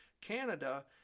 Canada